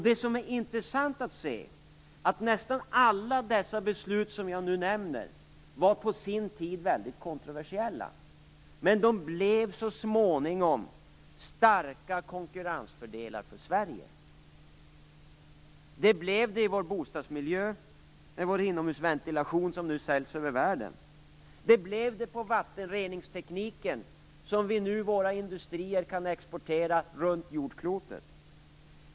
Det intressanta är att nästan alla de beslut jag har nämnt var på sin tid kontroversiella, men de blev så småningom starka konkurrensfördelar för Sverige. Det blev det i vår bostadsmiljö, med vår inomhusventilation som säljs över världen. Det blev det med vattenreningstekniken, som våra industrier kan exportera runt jordklotet.